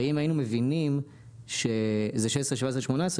הרי אם היינו מבינים שזה 2016/17/18,